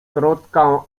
krótką